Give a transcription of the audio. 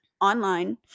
online